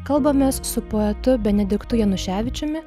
kalbamės su poetu benediktu januševičiumi